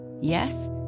yes